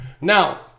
Now